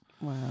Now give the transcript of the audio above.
Wow